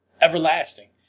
everlasting